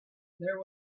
there